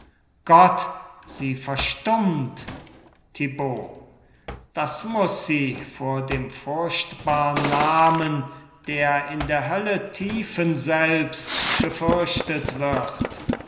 gott sie verstummt thibaut das muß sie vor dem furchtbarn namen der in der höllen tiefen selbst gefürchtet wird